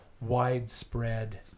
widespread